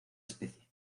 especie